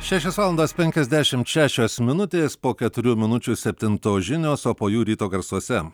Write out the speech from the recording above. šešios valandos penkiasdešimt šešios minutės po keturių minučių septintos žinios o po jų ryto garsuose